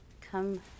come